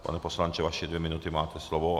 Pane poslanče, vaše dvě minuty, máte slovo.